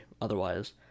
otherwise